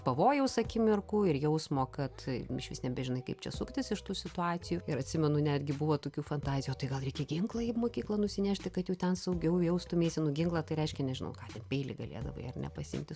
pavojaus akimirkų ir jausmo kad išvis nebežinai kaip čia suktis iš tų situacijų ir atsimenu netgi buvo tokių fantazijų o tai gal reikia ginklą į mokyklą nusinešti kad jau ten saugiau jaustumeisi nu ginklą tai reiškia nežinau ką peilį galėdavai ar ne pasiimti